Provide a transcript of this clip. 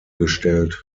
gestellt